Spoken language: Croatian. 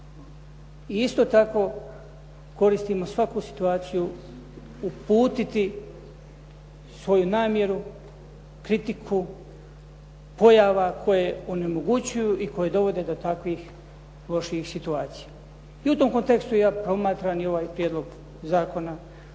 I isto tako, koristimo svaku situaciju uputiti svoju namjeru, kritiku pojava koje onemogućuju i koje dovode do takvih lošijih situacija. I u tom kontekstu ja promatram i ovaj Prijedlog zakona